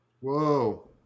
Whoa